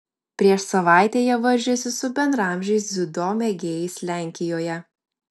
prieš savaitę jie varžėsi su bendraamžiais dziudo mėgėjais lenkijoje